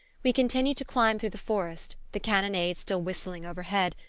we continued to climb through the forest, the cannonade still whistling overhead,